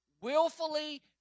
willfully